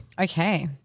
Okay